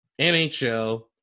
NHL